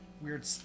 weird